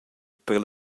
per